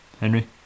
henry